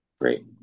great